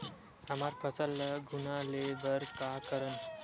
हमर फसल ल घुना ले बर का करन?